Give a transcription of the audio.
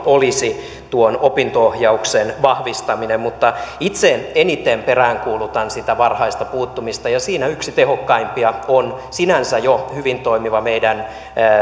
olisi tuon opinto ohjauksen vahvistaminen itse eniten peräänkuulutan sitä varhaista puuttumista ja siinä yksi tehokkaimpia keinoja on meidän sinänsä jo hyvin toimiva